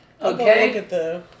Okay